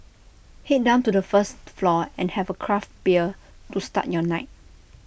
Head down to the first floor and have A craft bear to start your night